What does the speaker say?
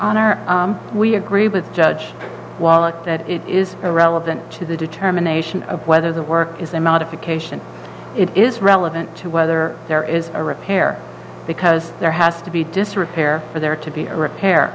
honor we agree with judge wallach that it is irrelevant to the determination of whether the work is a modification it is relevant to whether there is a repair because there has to be disrepair for there to be a repair